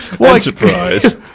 enterprise